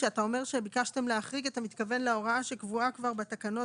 כשאתה אומר שביקשתם להחריג אתה מתכוון להוראה שקבועה כבר בתקנות,